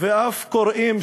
ואף קוראים,